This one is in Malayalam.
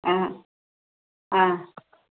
ആ ആ